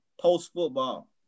Post-football